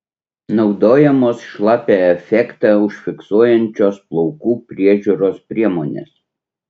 naudojamos šlapią efektą užfiksuojančios plaukų priežiūros priemonės